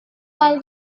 hal